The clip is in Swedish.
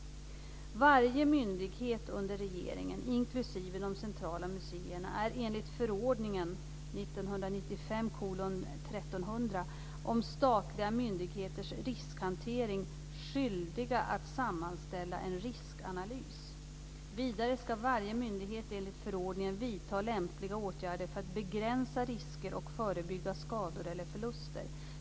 Varje myndighet under regeringen - inklusive de centrala museerna - är enligt förordningen om statliga myndigheters riskhantering skyldiga att sammanställa en riskanalys. Vidare ska varje myndighet enligt förordningen vidta lämpliga åtgärder för att begränsa risker och förebygga skador eller förluster.